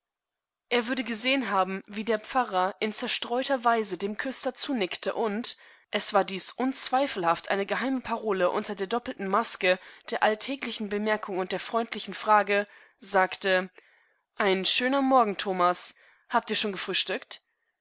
er würde gesehen haben wie der pfarrer in zerstreuter weise dem küster zunickte und es war dies unzweifelhaft eine geheime parole unter der doppelten maske der alltäglichen bemerkung und der freundlichen frage sagte ein schöner morgen thomas habtihrschongefrühstückt